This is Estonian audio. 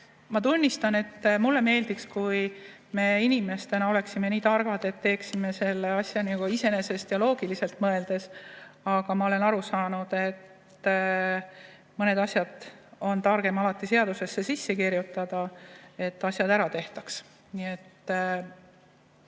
Ma tunnistan, et mulle meeldiks, kui me inimestena oleksime nii targad, et teeksime selle asja nagu iseenesest ja loogiliselt mõeldes. Aga ma olen aru saanud, et mõned asjad on targem alati seadusesse sisse kirjutada, et need ära tehtaks. Nii et